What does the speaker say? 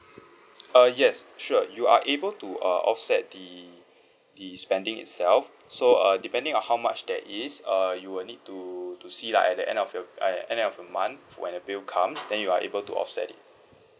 uh yes sure you are able to uh offset the the spending itself so uh depending on how much that is err you will need to to see like at the end of your uh at the end of the month when the bill comes then you are able to offset it